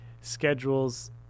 schedules